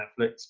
Netflix